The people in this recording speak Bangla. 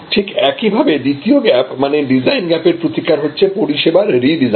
ঠিক একইভাবে দ্বিতীয় গ্যাপ মানে ডিজাইন গ্যাপের প্রতিকার হচ্ছে পরিষেবার রিডিজাইন